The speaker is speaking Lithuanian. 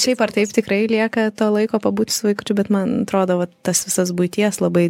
šiaip ar taip tikrai lieka laiko pabūti su vaikučiu bet man atrodo vat tas visas buities labai